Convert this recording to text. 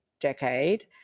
decade